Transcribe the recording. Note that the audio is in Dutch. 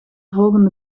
volgende